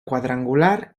quadrangular